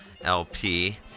LP